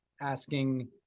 asking